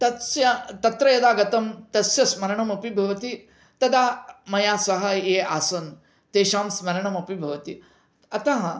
तस्य तत्र यदा गतं तस्य स्मरणमपि भवति तदा मया साहाय्ये आसन् तेषां स्मरणमपि भवति अतः